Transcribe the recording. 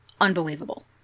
Unbelievable